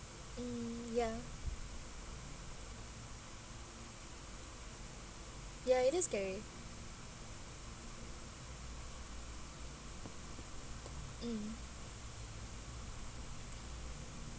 mm ya ya it is scary mm